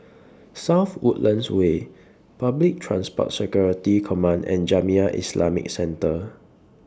South Woodlands Way Public Transport Security Command and Jamiyah Islamic Centre